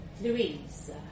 Louise